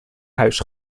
huis